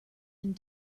and